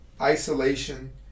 isolation